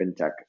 fintech